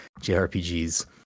JRPGs